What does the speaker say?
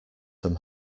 them